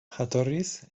jatorriz